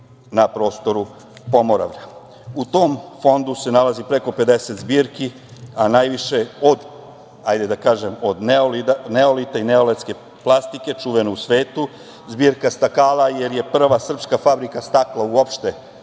na prostoru Pomoravlja.U tom fondu se nalazi preko 50 zbirki, a najviše od neolita i neolitske plastike, čuvene u svetu, zbirke stakala, jer je prva srpska fabrika stakla uopšte postojala